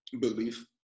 belief